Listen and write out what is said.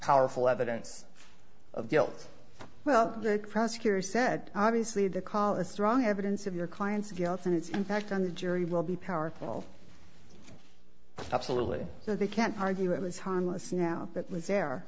powerful evidence of guilt well the prosecutor said obviously the call is strong evidence of your client's yacht's and its impact on the jury will be powerful absolutely so they can't argue it was harmless now that was there